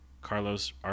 Carlos